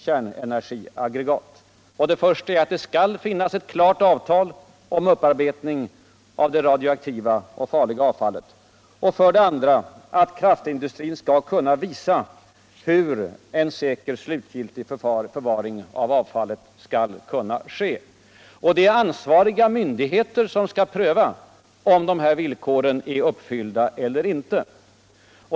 Det första villkoret är att det skall finnas ett klart avtal om uppurbetning av det farliga rädioaktiva avfallet. Det andra är att kraftindustrin Allmänpolitisk debatt ÅAllmänpolitisk debatt skall kunna visa hur en säker slutgilvig förvaring av avfallet kan ske. Det är ansvariga myndigheter som skall pröva om dessa villkor är uppfyllda eller inte.